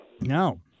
No